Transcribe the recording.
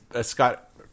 Scott